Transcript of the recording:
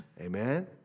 Amen